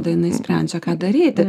tai jinai sprendžia ką daryti